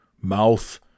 mouth